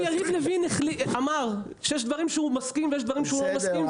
יריב לוין אמר שיש דברים שהוא מסכים ויש דברים שהוא לא מסכים,